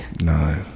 No